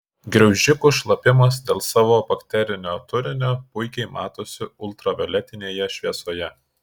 graužikų šlapimas dėl savo bakterinio turinio puikiai matosi ultravioletinėje šviesoje